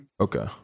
Okay